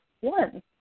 one